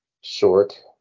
short